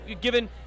given